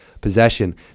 possession